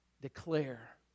declare